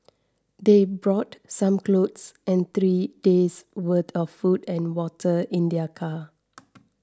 they brought some clothes and three days worth of food and water in their car